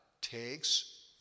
takes